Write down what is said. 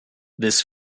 this